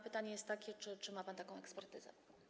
Pytanie jest takie: Czy ma pan taką ekspertyzę?